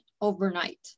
overnight